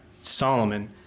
Solomon